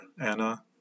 Anna